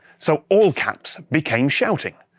so all-caps became shouting.